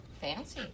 Fancy